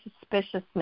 suspiciousness